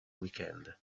weekend